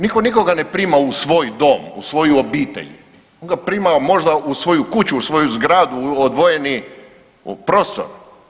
Nitko nikoga ne prima u svoj dom, u svoju obitelj, on ga prima možda u svoju kuću, u svoju zgradu, u odvojeni prostor.